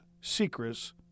secrets